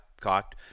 cocked